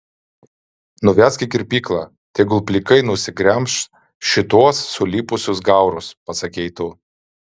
nuvesk į kirpyklą tegul plikai nugremš šituos sulipusius gaurus pasakei tu